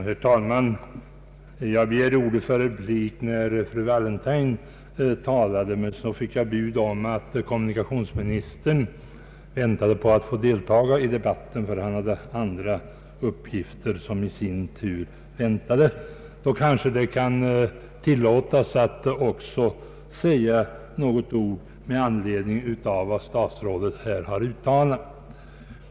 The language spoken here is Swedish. Herr talman! Jag begärde ordet för replik under fru Wallentheims anförande, men jag fick bud om att kommunikationsministern väntade på att få tala i debatten och att han hade andra uppgifter som i sin tur väntade. Nu kanske det kan tillåtas mig att också säga några ord med anledning av vad statsrådet uttalat.